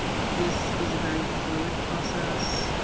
this is a very fluid process.